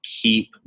keep